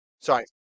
sorry